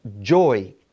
joy